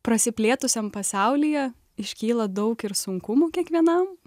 prasiplėtusiam pasaulyje iškyla daug ir sunkumų kiekvienam